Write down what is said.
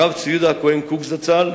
הרב צבי יהודה הכוהן קוק זצ"ל,